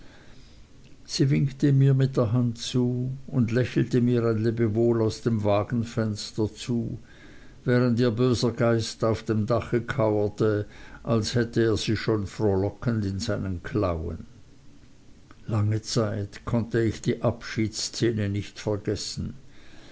sie winkte mir mit der hand und lächelte mir ein lebewohl aus dem wagenfenster zu während ihr böser geist auf dem dache kauerte als hätte er sie schon frohlockend in seinen klauen lange zeit konnte ich die abschiedsszene nicht vergessen